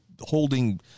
holding